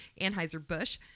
Anheuser-Busch